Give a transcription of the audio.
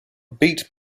beat